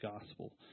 gospel